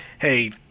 hey